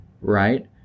right